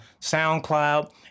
SoundCloud